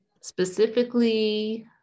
specifically